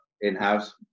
in-house